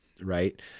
right